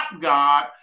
God